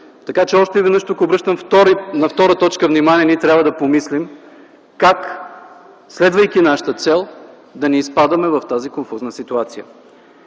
Така че още веднъж обръщам внимание на т. 2. Ние трябва да помислим как, следвайки нашата цел, да не изпадаме в тази конфузна ситуация.